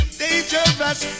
dangerous